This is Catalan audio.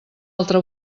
altra